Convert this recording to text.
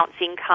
income